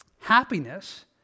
Happiness